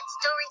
Story